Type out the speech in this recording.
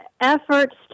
efforts